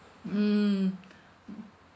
mm